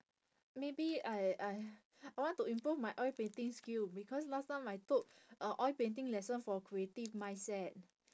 maybe I I I want to improve my oil painting skill because last time I took uh oil painting lesson for creative mindset